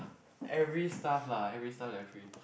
every stuff lah every stuff their free